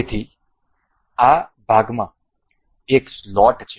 તેથી આ ભાગમાં એક સ્લોટ છે